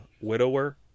widower